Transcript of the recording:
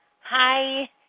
Hi